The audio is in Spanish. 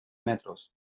metros